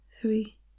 three